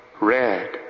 red